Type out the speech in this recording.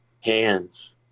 Hands